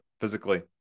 physically